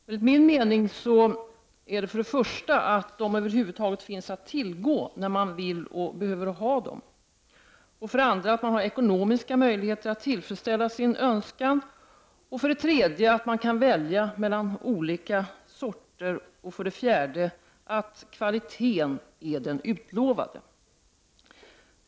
Enligt min mening är det för det första att varor och tjänster över huvud taget finns att tillgå när man vill och behöver ha dem, för det andra att man har ekonomiska möjligheter att tillfredsställa sin önskan, för det tredje att man kan välja mellan olika sorter samt för det fjärde att kvaliteten är den utlovade.